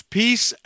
peace